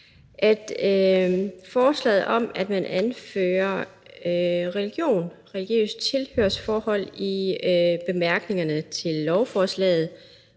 at forslaget om, at man anfører religion og religiøst tilhørsforhold i bemærkningerne til lovforslaget